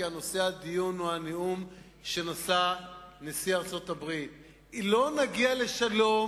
כי נושא הדיון הוא הנאום שנשא נשיא ארצות-הברית: אם לא נגיע לשלום,